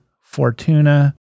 Fortuna